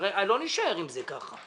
הרי לא נישאר עם זה ככה.